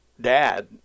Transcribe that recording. dad